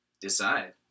decide